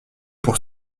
pour